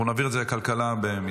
אנחנו נעביר את זה לוועדת הכלכלה, אם